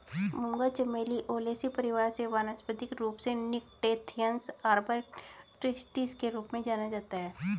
मूंगा चमेली ओलेसी परिवार से वानस्पतिक रूप से निक्टेन्थिस आर्बर ट्रिस्टिस के रूप में जाना जाता है